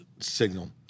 signal